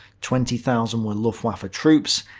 twenty thousand were luftwaffe troops,